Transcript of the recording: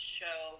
show